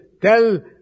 tell